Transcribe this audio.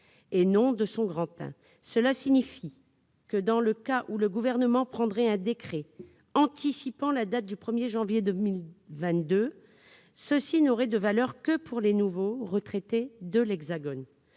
Cela signifie que, dans le cas où le Gouvernement prendrait un décret anticipant la date du 1 janvier 2022, cette disposition n'aurait de valeur que pour les nouveaux retraités de l'Hexagone.